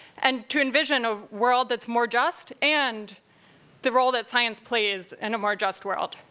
and to envision a world that's more just, and the role that science plays in a more just world.